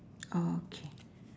okay